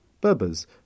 Berbers